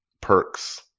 perks